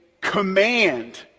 command